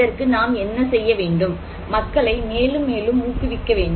இதற்கு நாம் என்ன செய்ய வேண்டும் மக்களை மேலும் மேலும் ஊக்குவிக்க வேண்டும்